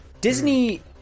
Disney